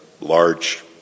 large